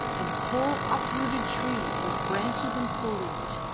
and whole uprooted trees with branches and foliage,